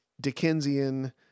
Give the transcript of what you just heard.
Dickensian